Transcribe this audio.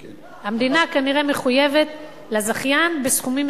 המדינה, כנראה, מחויבת לזכיין בסכומים מסוימים.